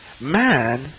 Man